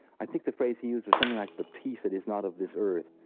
i think the phrase he used was something like the peace that is not of this earth.